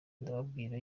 ndababwira